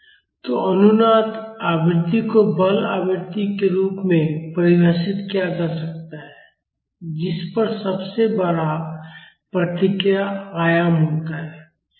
तो अनुनाद आवृत्ति को बल आवृत्ति के रूप में परिभाषित किया जा सकता है जिस पर सबसे बड़ा प्रतिक्रिया आयाम होता है